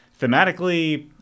thematically